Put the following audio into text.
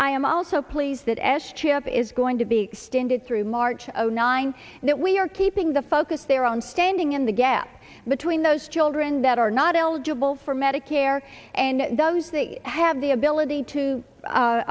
i am also pleased that as chip is going to be extended through march of zero nine that we are keeping the focus their own standing in the gap between those children that are not eligible for medicare and does have the ability to a